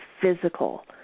physical